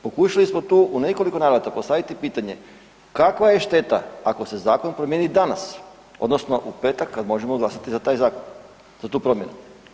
Pokušali smo tu u nekoliko navrata postaviti pitanje kakva je šteta ako se zakon promijeni danas odnosno u petak kad možemo glasati za taj zakon, za tu promjenu?